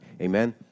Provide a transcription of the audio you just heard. Amen